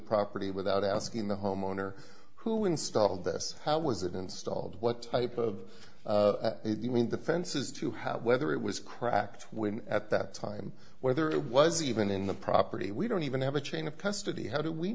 property without asking the homeowner who installed this how was it installed what type of it you mean the fences to have whether it was cracked when at that time whether it was even in the property we don't even have a chain of custody how do we